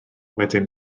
wedyn